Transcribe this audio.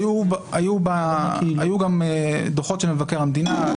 היו גם דוחות של מבקר מדינה.